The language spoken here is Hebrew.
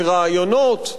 לרעיונות,